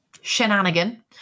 shenanigan